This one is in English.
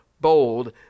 bold